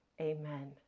Amen